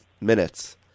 minutes